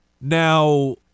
Now